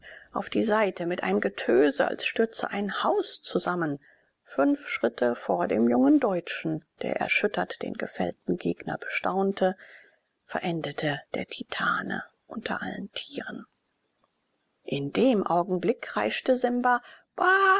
auf die seite mit einem getöse als stürze ein haus zusammen fünf schritte vor dem jungen deutschen der erschüttert den gefällten gegner bestaunte verendete der titane unter allen tieren in dem augenblick kreischte simba baana